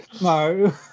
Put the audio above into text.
No